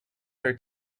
her